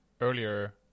earlier